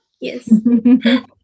Yes